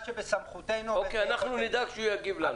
אנחנו נדאג שהוא יגיב לנו.